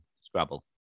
Scrabble